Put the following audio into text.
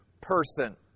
person